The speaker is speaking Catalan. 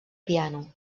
piano